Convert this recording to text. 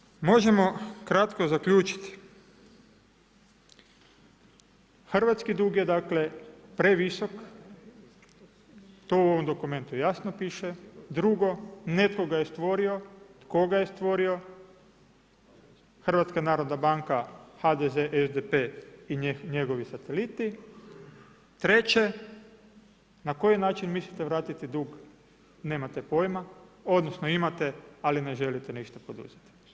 Prema tome, možemo kratko zaključiti, hrvatski dug je dakle previsok, to u ovom dokumentu jasno piše, drugo, nekoga je stvorio, tko ga je stvorio, HNB, HDZ, SDP i njegovi sateliti, treće, na koji način mislite vratiti dug, nemate pojma odnosno imate ali ne želite ništa poduzeti.